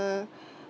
a